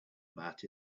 about